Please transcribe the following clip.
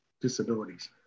disabilities